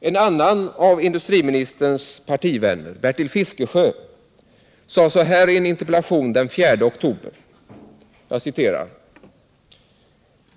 ekonomidriften från En annan av industriministerns partivänner, Bertil Fiskesjö, sade så Göteborg här i en interpellation den 4 oktober: